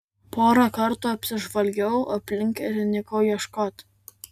porą kartų apsižvalgiau aplink ir įnikau ieškoti